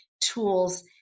tools